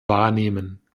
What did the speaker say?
wahrnehmen